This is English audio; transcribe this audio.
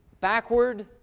backward